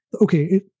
okay